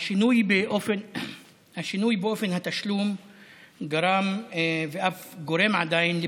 השינוי באופן התשלום גרם ואף עדיין גורם